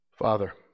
Father